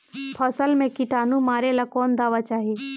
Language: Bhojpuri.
फसल में किटानु मारेला कौन दावा चाही?